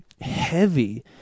heavy